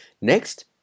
Next